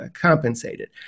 compensated